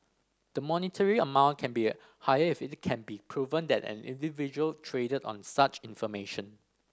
the monetary amount can be higher if it can be proven that an individual traded on such information